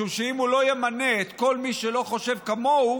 משום שהוא לא ימנה את כל מי שלא חושב כמוהו,